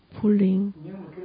pulling